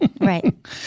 Right